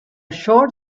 short